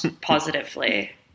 positively